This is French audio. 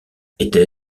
etait